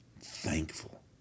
thankful